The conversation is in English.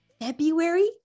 February